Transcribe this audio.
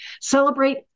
celebrate